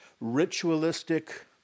ritualistic